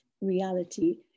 reality